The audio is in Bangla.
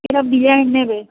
এসব ডিজাইন নেবে